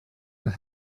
and